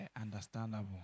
understandable